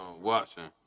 watching